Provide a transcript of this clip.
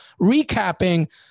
Recapping